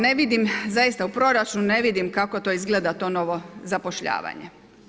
Ne vidim zaista u proračunu ne vidim kako to izgleda to novo zapošljavanje.